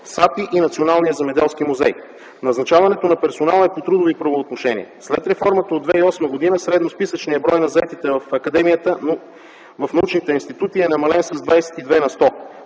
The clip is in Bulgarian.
САПИ и Националния земеделски музей. Назначаването на персонала е по трудови правоотношения. След реформата от 2008 г., средносписъчният брой на заетите в академията в научните институти е намален с 22 на сто.